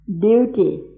duty